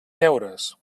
deures